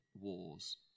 wars